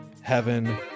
heaven